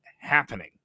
happening